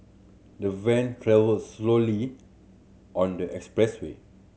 the van travelled slowly on the expressway